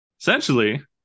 Essentially